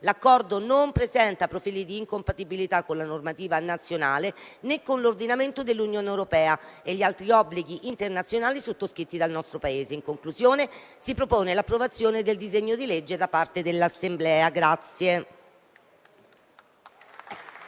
L'accordo non presenta profili di incompatibilità con la normativa nazionale, né con l'ordinamento dell'Unione europea e con gli altri obblighi internazionali sottoscritti dal nostro Paese. In conclusione, si propone l'approvazione del disegno di legge da parte dell'Assemblea.